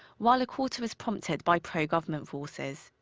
while a quarter was prompted by pro-government forces.